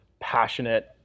passionate